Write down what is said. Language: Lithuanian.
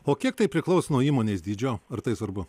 o kiek tai priklauso nuo įmonės dydžio ar tai svarbu